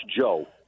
Joe